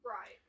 Right